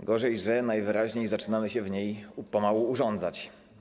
gorzej, że najwyraźniej zaczynamy się w niej pomału urządzać.